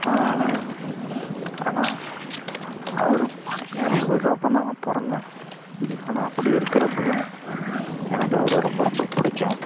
அதனால் ஆனால் அவர் இறந்ததுக்கு அப்புறந்தான் நான் பிறந்தேன் ஆனால் அப்படி இருக்கிறப்பையும் எனக்கு அவரை ரொம்ப ரொம்ப பிடிக்கும்